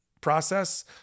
process